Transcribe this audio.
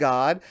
God